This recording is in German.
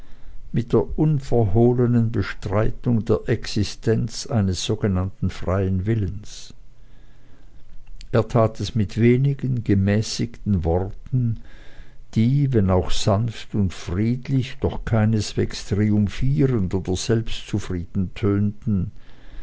mit der unverhohlenen bestreitung der existenz eines sogenannten freien willens er tat es mit wenigen gemäßigten worten die wenn auch sanft und friedlich doch keineswegs triumphierend oder selbstzufrieden tönten